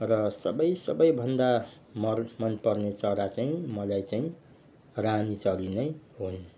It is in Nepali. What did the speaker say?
र सबै सबैभन्दा मर मनपर्ने चरा चाहिँ मलाई चाहिँ रानी चरी नै हो